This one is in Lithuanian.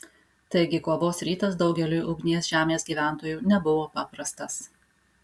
taigi kovos rytas daugeliui ugnies žemės gyventojų nebuvo paprastas